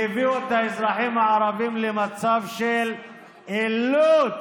והביאו את האזרחים הערבים למצב של אילוץ,